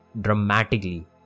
dramatically